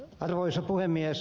arvoisa puhemies